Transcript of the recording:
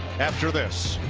after this